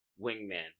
Wingman